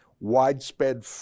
widespread